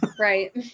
right